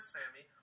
Sammy